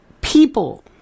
people